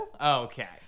okay